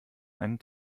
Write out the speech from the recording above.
einen